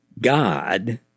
God